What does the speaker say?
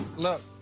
look,